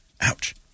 Ouch